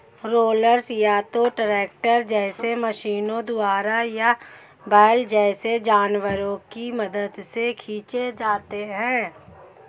rollers या तो tractor जैसे मशीनों द्वारा या बैल जैसे जानवरों की मदद से खींचे जाते हैं